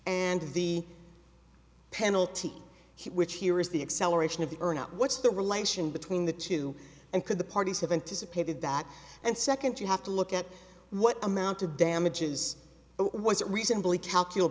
and the penalty here which here is the acceleration of the urn up what's the relation between the two and could the parties have anticipated that and second you have to look at what amount of damages was reasonably calcula